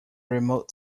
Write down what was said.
remote